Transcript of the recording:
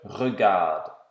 REGARDE